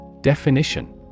Definition